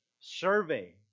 Survey